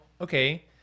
okay